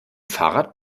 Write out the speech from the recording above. fahrrad